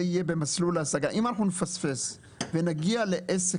זה יהיה במסלול אם נפספס ונגיע לעסק